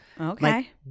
Okay